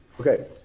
okay